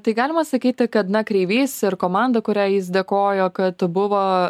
tai galima sakyti kad na kreivys ir komanda kuriai jis dėkojo kad buvo